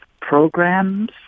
programs